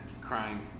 crying